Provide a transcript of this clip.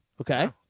okay